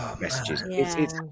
messages